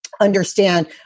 understand